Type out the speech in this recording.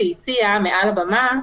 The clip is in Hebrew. שהיא הציעה מעל הבמה,